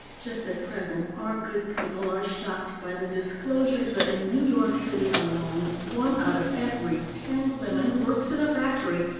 just at present our good people are shocked by the disclosures that in new york city alone, one out of every ten women works in a factory,